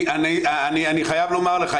אני חייב לומר לך,